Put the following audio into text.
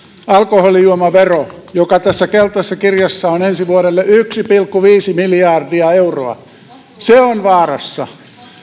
alkoholijuomavero joka tässä keltaisessa kirjassa on ensi vuodelle yksi pilkku viisi miljardia euroa on vaarassa